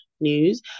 news